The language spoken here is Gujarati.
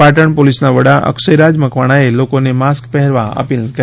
પાટણ પોલીસના વડા અક્ષયરાજ મકવાણાએ લોકોને માસ્ક પહેરવા અપીલ કરી